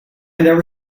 never